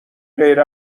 غیر